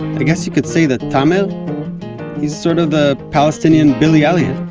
i guess you could say that tamer, he's, sort of, the palestinian billy elliot